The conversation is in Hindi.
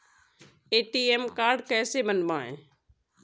ए.टी.एम कार्ड कैसे बनवाएँ?